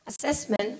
assessment